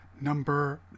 number